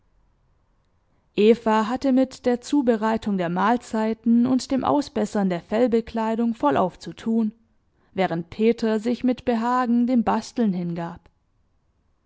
hatte mit der zubereitung der mahlzeiten und dem ausbessern der fellbekleidung vollauf zu tun während peter sich mit behagen dem basteln hingab